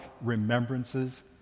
remembrances